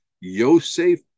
Yosef